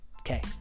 Okay